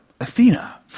Athena